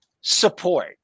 support